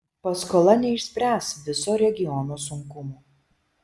paskola neišspręs viso regiono sunkumų